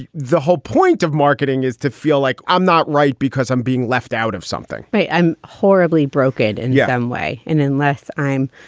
the whole point of marketing is to feel like i'm not right because i'm being left out of something, but i'm horribly broken and yet i'm way in unless i'm,